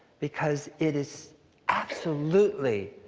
because it is absolutely